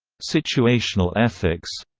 situational ethics